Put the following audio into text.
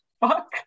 Fuck